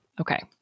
Okay